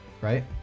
Right